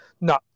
no